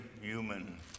human